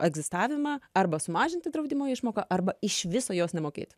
egzistavimą arba sumažinti draudimo išmoką arba iš viso jos nemokėti